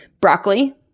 Broccoli